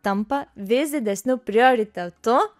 tampa vis didesniu prioritetu